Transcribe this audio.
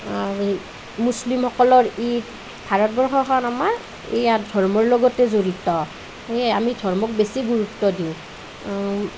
মুছলিমসকলৰ ঈদ ভাৰতবৰ্ষখন আমাৰ ইয়াত ধৰ্মৰ লগতে জড়িত সেয়ে আমি ধৰ্মক বেছি গুৰুত্ব দিওঁ